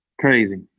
Crazy